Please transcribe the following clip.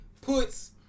puts